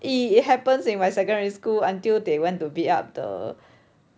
it happens in my secondary school until they went to beat up the